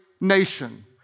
nation